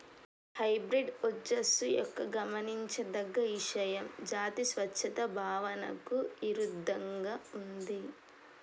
hybrid ఓజస్సు యొక్క గమనించదగ్గ ఇషయం జాతి స్వచ్ఛత భావనకు ఇరుద్దంగా ఉంది